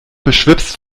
beschwipst